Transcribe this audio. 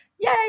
yay